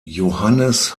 johannes